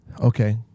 Okay